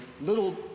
little